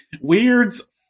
Weirds